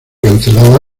cancelada